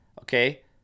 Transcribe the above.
okay